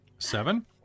seven